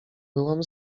byłam